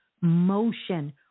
motion